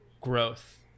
growth